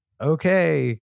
okay